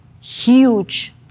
huge